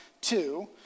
two